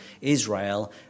Israel